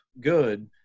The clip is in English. good